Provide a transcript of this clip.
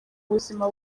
buzima